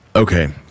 Okay